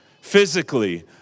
physically